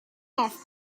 off